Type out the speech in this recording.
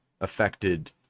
affected